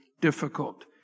difficult